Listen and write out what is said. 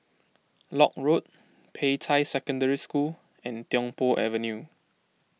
Lock Road Peicai Secondary School and Tiong Poh Avenue